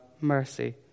mercy